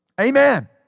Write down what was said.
Amen